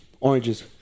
oranges